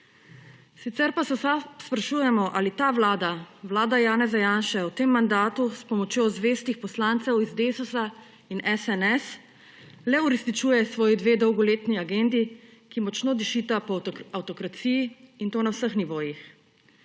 Sicer pa se v SAB sprašujemo, ali ta vlada, vlada Janeza Janše, v tem mandatu s pomočjo zvestih poslancev iz Desusa in SNS le uresničuje svoji dve dolgoletni agendi, ki močno dišita po avtokraciji, in to na vseh nivojih.